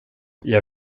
jag